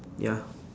ya